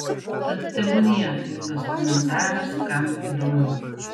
tad tebūnie tai ilgas komentaras kam įdomu